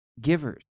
givers